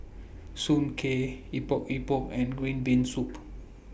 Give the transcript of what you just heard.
Soon Kueh Epok Epok and Green Bean Soup